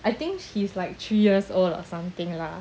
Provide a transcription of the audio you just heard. I think she's like three years old or something lah